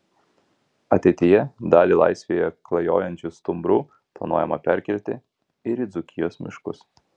ateityje dalį laisvėje klajojančių stumbrų planuojama perkelti ir į dzūkijos miškus